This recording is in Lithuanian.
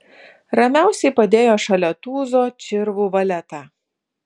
ramiausiai padėjo šalia tūzo čirvų valetą